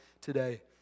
today